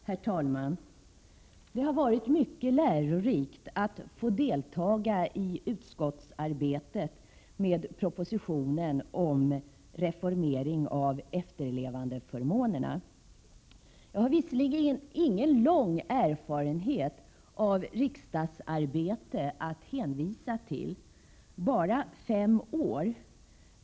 Herr talman! Det har varit mycket lärorikt att få delta i utskottsarbetet med propositionen om reformering av efterlevandeförmånerna. Jag har visserligen ingen lång erfarenhet av riksdagsarbete att hänvisa till, bara fem år.